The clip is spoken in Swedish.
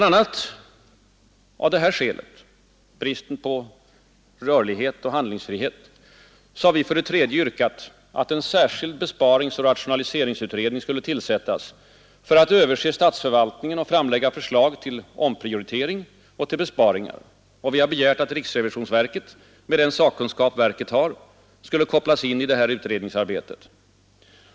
a. av det skälet, bristen på handlingsfrihet, har vi för det tredje yrkat att en särskild besparingsoch rationaliseringsutredning skulle tillsättas för att överse statsförvaltningen och framlägga förslag till omprioritering och besparingar. Vi har yrkat att riksrevisionsverket, med den sakkunskap verket har, skulle kopplas in i detta utredningsarbete.